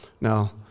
Now